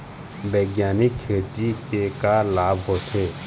बैग्यानिक खेती के का लाभ होथे?